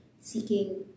seeking